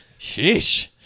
sheesh